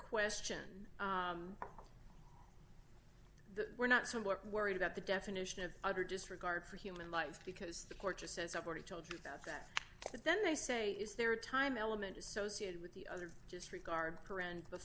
question the we're not somewhat worried about the definition of utter disregard for human life because the court just says i've already told you about that but then they say is there a time element associated with the other just regard corrent